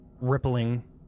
Rippling